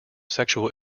sexual